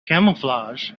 camouflage